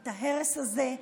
את ההרס הזה.